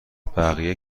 بقیه